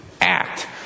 Act